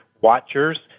watchers